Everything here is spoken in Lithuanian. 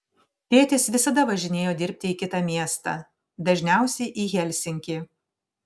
tėtis visada važinėjo dirbti į kitą miestą dažniausiai į helsinkį